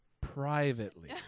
privately